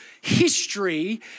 history